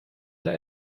der